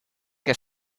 que